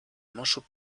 manchot